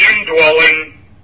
indwelling